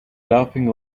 laughing